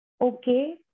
okay